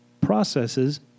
Processes